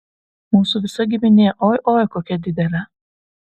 mūsų visa giminė oi oi kokia didelė